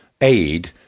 aid